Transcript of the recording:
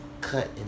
cut